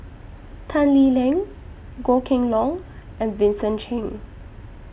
Tan Lee Leng Goh Kheng Long and Vincent Cheng